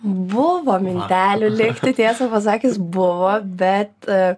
buvo mintelių likti tiesą pasakius buvo bet